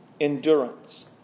endurance